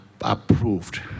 approved